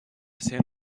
bisher